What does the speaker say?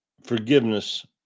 forgiveness